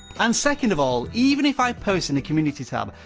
and second of all, even if i post in the community tab,